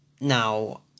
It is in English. Now